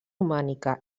romànica